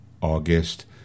August